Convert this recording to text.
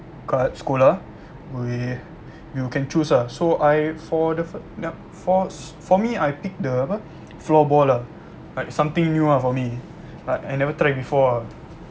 kat sekolah we you can choose ah so I for the fir~ for me I pick the apa floorball lah like something new lah for me like I never try before ah